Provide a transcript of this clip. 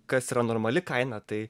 kas yra normali kaina tai